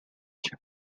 się